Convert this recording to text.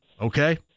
Okay